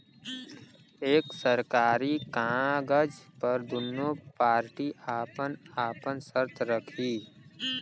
एक सरकारी कागज पर दुन्नो पार्टी आपन आपन सर्त रखी